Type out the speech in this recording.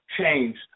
changed